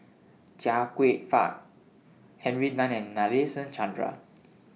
Chia Kwek Fah Henry Tan and Nadasen Chandra